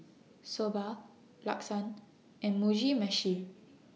Soba Lasagne and Mugi Meshi